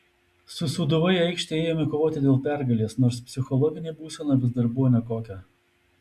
su sūduva į aikštę ėjome kovoti dėl pergalės nors psichologinė būsena vis dar buvo nekokia